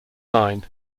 line